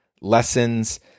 lessons